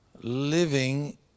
living